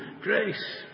grace